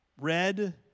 Red